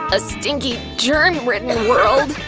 a stinky, germ-ridden world!